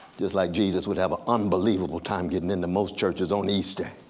just like jesus would have an unbelievable time getting into most churches on easter.